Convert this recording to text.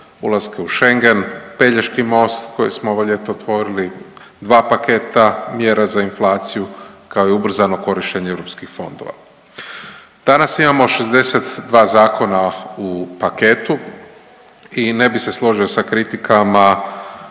ulaska u Schengen, Pelješki most koji smo ovo ljeto otvorili, dva paketa mjera za inflaciju kao i ubrzano korištenje europskih fondova. Danas imamo 62 zakona u paketu i ne bih se složio sa kritikama